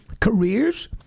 careers